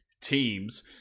teams